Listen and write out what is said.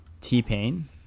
T-Pain